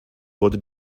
wurde